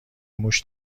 موش